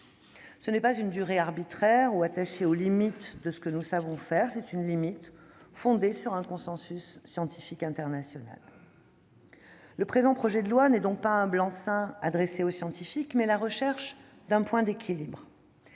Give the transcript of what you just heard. n'est pas arbitraire, ni attachée aux limites de ce que nous savons faire : elle est fondée sur un consensus scientifique international. Le présent projet de loi est donc non pas un blanc-seing donné aux scientifiques, mais la recherche d'un point d'équilibre.